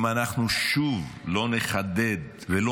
אם אנחנו שוב לא נחדד ולא